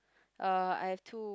uh I've two